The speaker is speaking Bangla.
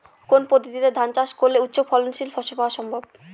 কোন পদ্ধতিতে ধান চাষ করলে উচ্চফলনশীল ফসল পাওয়া সম্ভব?